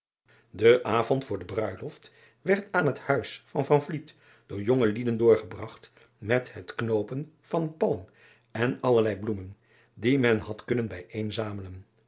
e avond voor de ruiloft werd aan het huis van door jonge lieden doorgebragt met het knoopen van palm en allerlei bloemen die men had kunnen